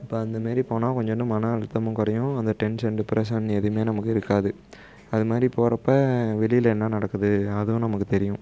இப்போ அந்தமாரி போனால் கொஞ்சோன்டு மன அழுத்தமும் குறையும் அந்த டென்ஷன் டிப்ரஷன் எதுவுமே நமக்கு இருக்காது அதுமாதிரி போகிறப்ப வெளியில் என்ன நடக்குது அதுவும் நமக்கு தெரியும்